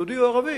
יהודי או ערבי.